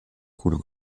coule